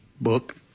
book